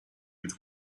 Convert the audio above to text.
would